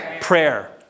Prayer